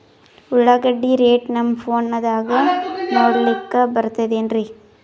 ಉಳ್ಳಾಗಡ್ಡಿ ರೇಟ್ ನಮ್ ಫೋನದಾಗ ನೋಡಕೊಲಿಕ ಬರತದೆನ್ರಿ?